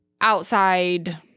outside